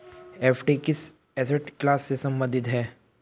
FD किस asset class से संबंधित है?